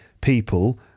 people